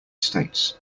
states